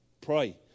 Pray